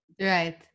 Right